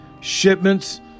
shipments